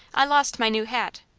i lost my new hat.